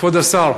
כבוד השר,